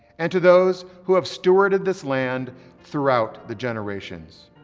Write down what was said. and to those who have stewarded this land throughout the generations.